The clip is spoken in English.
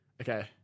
Okay